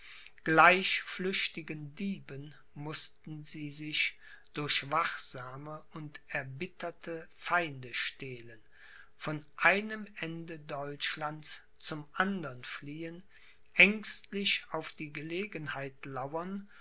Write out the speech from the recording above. gleich flüchtigen dieben mußten sie sich durch wachsame und erbitterte feinde stehlen von einem ende deutschlands zum andern fliehen ängstlich auf die gelegenheit lauern